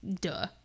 Duh